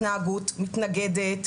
התנהגות מתנגדת,